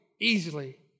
easily